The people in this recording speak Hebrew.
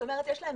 כלומר יש להם